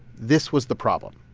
this was the problem.